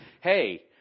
Hey